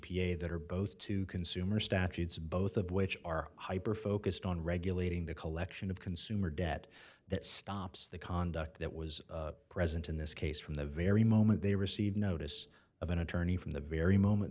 a that are both to consumer statutes both of which are hyper focused on regulating the collection of consumer debt that stops the conduct that was present in this case from the very moment they received notice of an attorney from the very moment